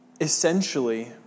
Essentially